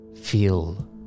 Feel